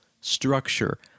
structure